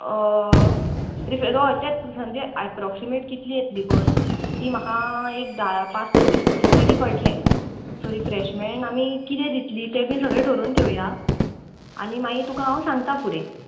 रिफ्रॅ हय तेंच म्हणजे आयप्रॉक्सिमेट कितलीं येतलीं पळय तीं म्हाका एक धा पांस स दीस म्हणल्या पयली कळट्लें सो रिफ्रॅशमॅण आमी किदें दितलीं तें बी सगळें थरोवन थेवयां आनी मारीर तुका हांव सांगता फुडें